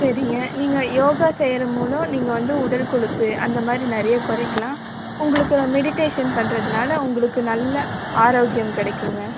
சரிங்க நீங்கள் யோகா செய்யுற மூலம் நீங்கள் வந்து உடல் கொழுப்பு அந்த மாதிரி நிறைய குறைக்கலாம் உங்களுக்கு மெடிடேஷன் பண்ணுறதுனால உங்களுக்கு நல்ல ஆரோக்கியம் கிடைக்குங்க